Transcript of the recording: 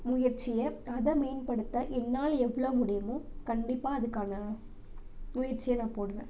முயற்சியை அதை மேம்படுத்த என்னால் எவ்வளோ முடியுமோ கண்டிப்பாக அதுக்கான முயற்சியை நான் போடுவேன்